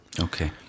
Okay